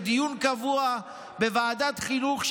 יש דיון קבוע בוועדת החינוך,